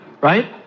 right